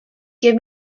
give